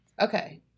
Okay